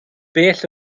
bell